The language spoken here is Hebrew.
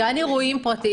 גן אירועים פרטי,